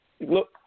Look